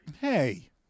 Hey